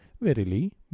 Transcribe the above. Verily